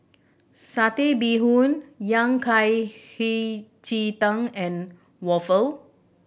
Satay Bee Hoon Yao Cai Hei Ji Tang and waffle